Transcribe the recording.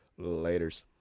laters